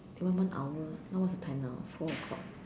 okay one more hour what's the time now ah four o'clock